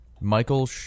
michael